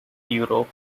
europe